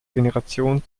generation